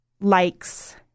likes